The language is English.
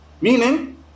Meaning